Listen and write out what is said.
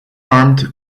armed